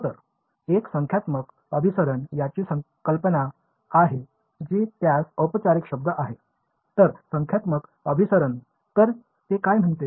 हो तर ही संख्यात्मक अभिसरण याची कल्पना आहे जी त्यास औपचारिक शब्द आहे तर संख्यात्मक अभिसरण तर ते काय म्हणते